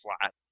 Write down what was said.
flat